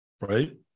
right